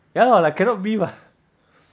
ya lor like cannot be [what]